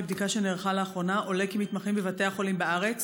מבדיקה שנערכה לאחרונה עולה כי מתמחים בבתי החולים בארץ